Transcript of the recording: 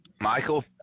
Michael